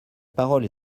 parole